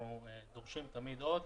ואנחנו תמיד צריכים עוד